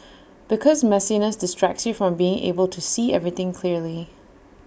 because messiness distracts you from being able to see everything clearly